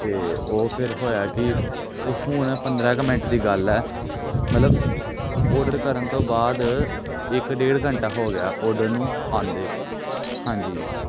ਅਤੇ ਉਹ ਫਿਰ ਹੋਇਆ ਕੀ ਓਹ ਹੁਣ ਪੰਦਰਾਂ ਕੁ ਮਿੰਟ ਦੀ ਗੱਲ ਹੈ ਮਤਲਬ ਓਡਰ ਕਰਨ ਤੋਂ ਬਾਅਦ ਇੱਕ ਡੇਢ ਘੰਟਾ ਹੋ ਗਿਆ ਓਡਰ ਨੂੰ ਆਉਂਦੇ ਹਾਂਜੀ